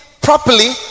properly